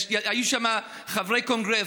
היו שם חברי קונגרס,